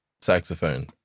saxophone